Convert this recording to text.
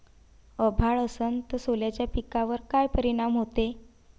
अभाळ असन तं सोल्याच्या पिकावर काय परिनाम व्हते?